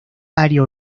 área